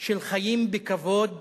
של חיים בכבוד